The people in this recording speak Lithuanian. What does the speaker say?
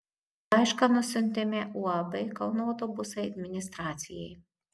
laišką nusiuntėme uab kauno autobusai administracijai